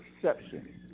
perception